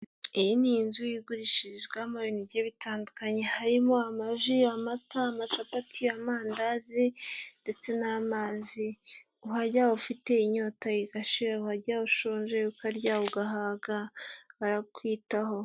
Iyi ni inzu igurishirizwamo ibintu bigiye bitandukanye. Harimo amaji, amata, amacapati, amandazi ndetse n'amazi. Uhajya ufite inyota igashira. Uhajya ushonje ukarya ugahaga. Barakwitaho.